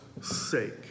sake